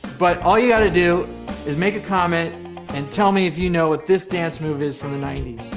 but all you have yeah to do is make a comment and tell me if you know what this dance move is from the ninety